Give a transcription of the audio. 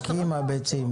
חכי עם הביצים,